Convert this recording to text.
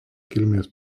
kilmės